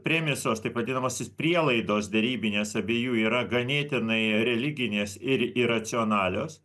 premisos taip vadinamosios prielaidos derybinės abiejų yra ganėtinai religinės ir iracionalios